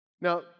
Now